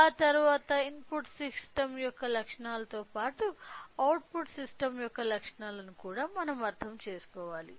ఆ తరువాత input system యొక్క లక్షణాలతో పాటు అవుట్పుట్ సిస్టమ్ యొక్క లక్షణాలను మనం అర్థం చేసుకోవాలి